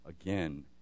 again